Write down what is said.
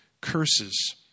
curses